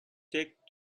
take